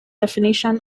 definition